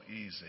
easy